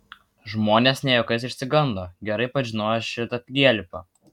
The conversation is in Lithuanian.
žmonės ne juokais išsigando gerai pažinojo šitą prielipą